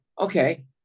Okay